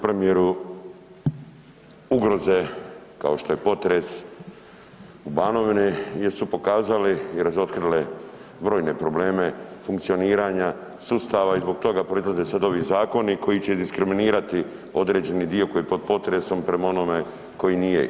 Premijeru, ugroze kao što je potres u Banovini jesu pokazali i razotkrile brojne probleme funkcioniranja sustava i zbog toga proizlaze sada ovi zakoni koji će diskriminirati određeni dio koji je pod potresom prema onome koji nije.